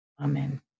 Amen